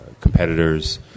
competitors